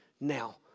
Now